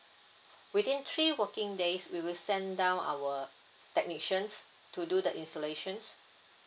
within three working days we will send down our technicians to do the installation